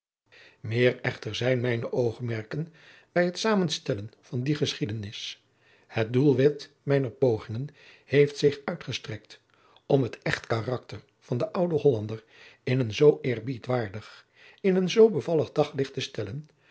meer echter zijn mijne oogmerken bij het zamenstellen van die geschiedenis het doelwit mijner pogingen heeft zich uitgestrekt om het echt karakter van den ouden hollander in een zoo eerbiedwaardig in een zoo bevallig daglicht te stellen